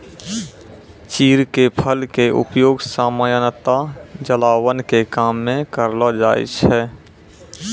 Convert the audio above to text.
चीड़ के फल के उपयोग सामान्यतया जलावन के काम मॅ करलो जाय छै